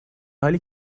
حالی